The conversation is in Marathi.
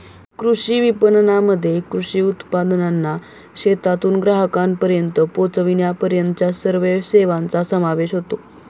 कृषी विपणनामध्ये कृषी उत्पादनांना शेतातून ग्राहकांपर्यंत पोचविण्यापर्यंतच्या सर्व सेवांचा समावेश होतो